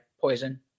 poison